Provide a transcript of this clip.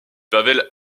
pavel